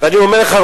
ואני אומר לך,